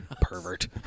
Pervert